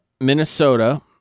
Minnesota